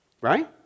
Right